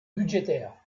budgétaires